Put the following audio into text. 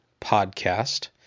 Podcast